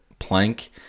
plank